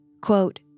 quote